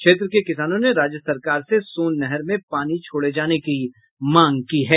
क्षेत्र के किसानों ने राज्य सरकार से सोन नहर में पानी छोड़े जाने की मांग की है